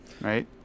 right